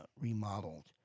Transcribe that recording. remodeled